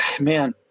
man